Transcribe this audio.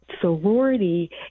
sorority